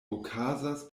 okazas